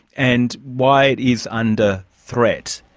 and why it is under threat.